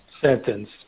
sentence